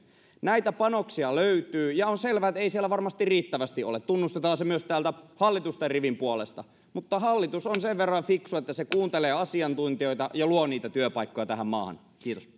näitä panoksia löytyy ja on selvää että ei siellä varmasti riittävästi ole tunnustetaan se myös täältä hallituksen rivin puolesta mutta hallitus on sen verran fiksu että se kuuntelee asiantuntijoita ja luo niitä työpaikkoja tähän maahan kiitos